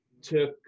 took